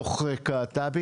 טרם הכשרה.